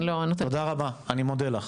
תודה רבה, אני מודה לך.